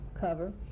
cover